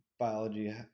biology